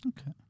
Okay